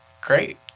Great